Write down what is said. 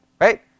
right